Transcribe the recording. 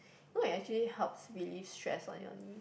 you know it actually helps relieve stress on your knee